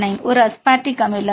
35 ஒரு அஸ்பார்டிக் அமிலம்